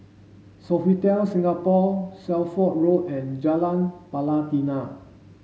Sofitel Singapore Shelford Road and Jalan Pelatina